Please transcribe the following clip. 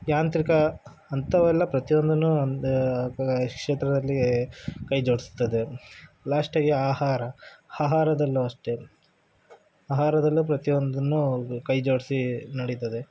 ಯಾಂತ್ರಿಕ ಅಂಥವೆಲ್ಲ ಪ್ರತಿಯೊಂದು ಕ್ಷೇತ್ರದಲ್ಲಿ ಕೈ ಜೋಡಿಸ್ತದೆ ಲಾಸ್ಟಾಗಿ ಆಹಾರ ಆಹಾರದಲ್ಲೂ ಅಷ್ಟೇ ಆಹಾರದಲ್ಲು ಪ್ರತಿಯೊಂದನ್ನು ಕೈ ಜೋಡಿಸಿ ನಡೀತದೆ